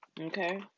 Okay